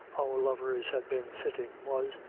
our lovers had been sitting was,